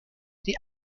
die